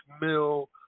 Mill